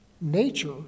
nature